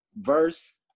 verse